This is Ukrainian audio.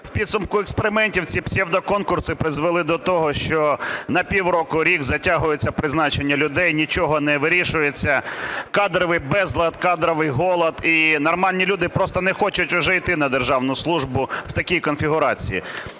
В підсумку експериментів ці псевдоконкурси призвели до того, що на півроку, рік затягуються призначення людей, нічого не вирішується, кадровий безлад, кадровий голод, і нормальні люди просто не хочуть уже іти на державну службу в такій конфігурації.